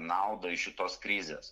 naudą iš šitos krizės